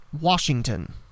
Washington